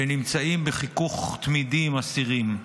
שנמצאים בחיכוך תמידי עם אסירים,